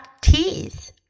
teeth